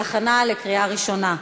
הקליטה והתפוצות להכנה לקריאה ראשונה.